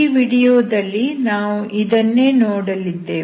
ಈ ವಿಡಿಯೋದಲ್ಲಿ ನಾವು ಇದನ್ನೇ ನೋಡಲಿದ್ದೇವೆ